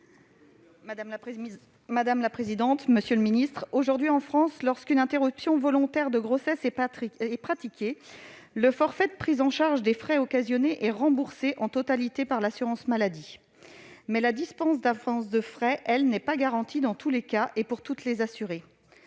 Nadège Havet, sur l'article. Aujourd'hui, en France, lorsqu'une interruption volontaire de grossesse, ou IVG, est pratiquée, le forfait de prise en charge des frais causés est remboursé en totalité par l'assurance maladie, mais la dispense d'avance de frais, elle, n'est pas garantie dans tous les cas et pour toutes les assurées.